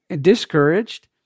discouraged